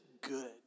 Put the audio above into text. good